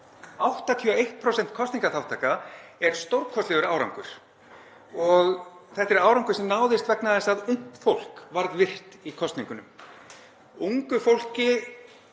81% kosningaþátttaka er stórkostlegur árangur og þetta er árangur sem náðist vegna þess að ungt fólk varð virkt í kosningunum. Ungu fólki